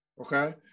okay